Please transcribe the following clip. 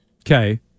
Okay